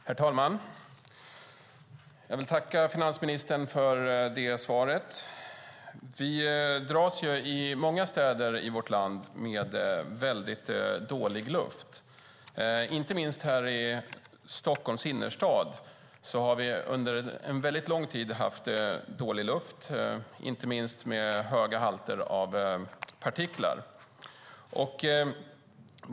Herr talman! Jag tackar finansministern för svaret. Vi dras med dålig luft i många städer i vårt land, inte minst här i Stockholms innerstad. Här har vi under lång tid haft dålig luft, bland annat med höga halter av partiklar.